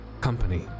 Company